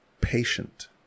patient